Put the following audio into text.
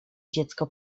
dziecko